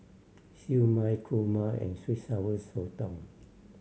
Siew Mai kurma and sweet Sour Sotong